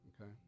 Okay